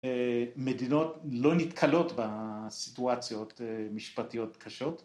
‫מדינות לא נתקלות ‫בסיטואציות משפטיות קשות.